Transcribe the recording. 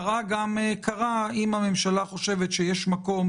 קרה גם קרה אם הממשלה חושבת שיש מקום,